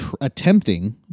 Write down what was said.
attempting